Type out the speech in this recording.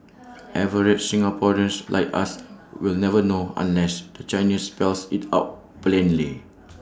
average Singaporeans like us will never know unless the Chinese spells IT out plainly